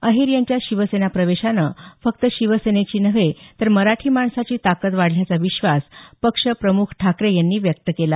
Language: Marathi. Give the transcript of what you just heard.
अहीर यांच्या शिवसेना प्रवेशानं फक्त शिवसेनेची नव्हे तर मराठी माणसाची ताकद वाढल्याचा विश्वास पक्षप्रमुख ठाकरे यांनी व्यक्त केला